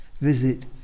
Visit